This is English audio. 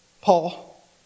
Paul